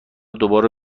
دوباره